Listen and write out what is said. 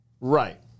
Right